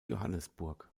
johannesburg